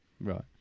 Right